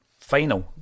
final